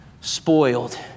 spoiled